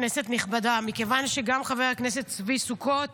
כנסת נכבדה, מכיוון שגם חבר הכנסת צבי סוכות